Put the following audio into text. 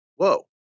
Whoa